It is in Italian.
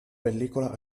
pellicola